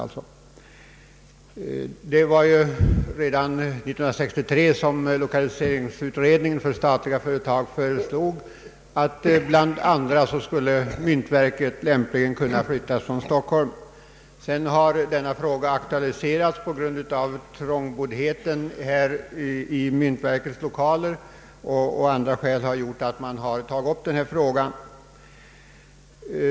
Redan år 1963 föreslog lokaliseringsutredningen för statliga företag att bland andra myndigheter myntoch justeringsverket lämpligen skulle kunna flyttas från Stockholm. Sedan har denna fråga aktualiserats på grund av trångboddheten i myntverkets lokaler.